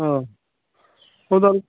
अ Udalguri